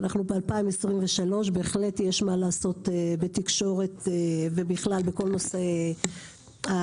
אנחנו ב-2023 ובהחלט יש מה לעשות בתקשורת ובכלל בכל נושא ההנגשה.